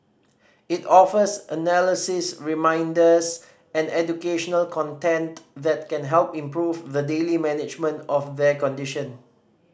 it offers analysis reminders and educational content that can help improve the daily management of their condition